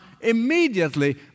immediately